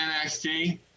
NXT